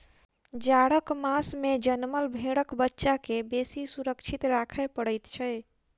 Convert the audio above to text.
जाड़क मास मे जनमल भेंड़क बच्चा के बेसी सुरक्षित राखय पड़ैत छै